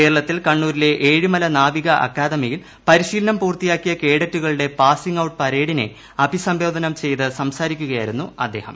കേരളത്തിൽ കണ്ണൂരിലെ ഏഴിമല നാവിക അക്കാദമിയിൽ പ്രിശീലനം പൂർത്തിയാക്കിയ കേഡറ്റുകളുടെ പാസിംഗ് ഏറ്ട്ട് ്പരേഡിനെ അഭിവാദ്യം ചെയ്ത് സംസാരിക്കുകയായിരുന്നു ് അദ്ദേഹം